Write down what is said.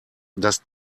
dass